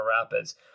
Rapids